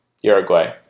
Uruguay